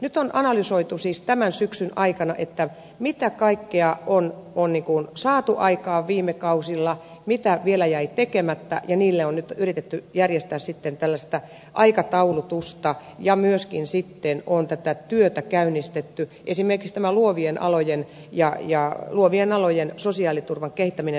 nyt on analysoitu siis tämän syksyn aikana mitä kaikkea on saatu aikaan viime kausilla mitä vielä jäi tekemättä ja niille on nyt yritetty järjestää aikataulutusta ja myöskin on tätä työtä käynnistetty esimerkiksi tämä luovien alojen ja raija luovien alojen sosiaaliturvan kehittämisessä